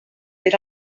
era